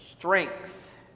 strength